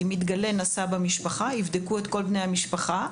אם מתגלה נשא במשפחה יבדקו את כל בני המשפחה.